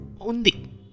undi